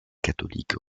catholiques